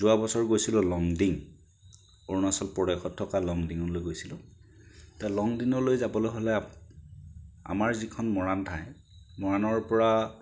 যোৱাবছৰ মই গৈছিলোঁ লংডিং অৰুণাচল প্ৰদেশত থকা লংডিঙলৈ গৈছিলো তে লংডিঙলৈ যাবলৈ হ'লে আমাৰ যিখন মৰাণ ঠাই মৰাণৰ পৰা